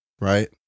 right